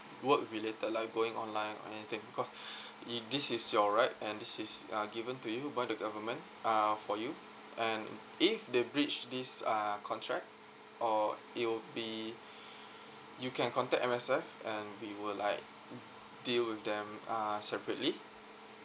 work related like going online or anything because this is your right and this is uh given to you by the government uh for you and if they breach this uh contract or it will be you can contact M_S_F and we will like deal with them uh separately